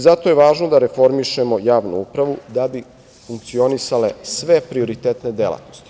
Zato je važno da reformišemo javnu upravu da bi funkcionisale sve prioritetne delatnosti.